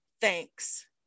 thanks